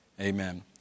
Amen